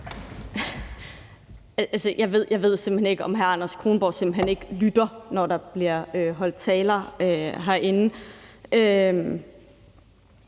Jeg ved simpelt hen ikke, om hr. Anders Kronborg ikke lytter, når der bliver holdt taler herinde.